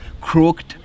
crooked